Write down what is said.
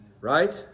Right